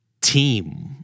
team